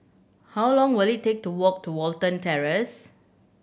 how long will it take to walk to Watten Terrace